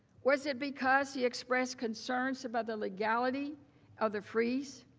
was it because he expressed concern about the legality of the freeze?